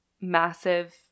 massive